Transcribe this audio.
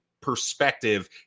perspective